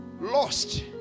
lost